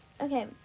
Okay